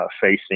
facing